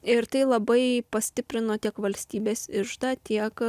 ir tai labai pastiprino tiek valstybės iždą tiek